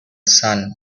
son